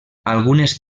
algunes